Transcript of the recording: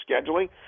scheduling